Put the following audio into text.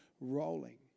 rolling